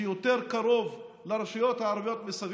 שיותר קרוב לרשויות הערביות מסביב,